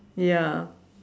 ya